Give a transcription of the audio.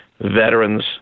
veterans